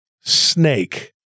snake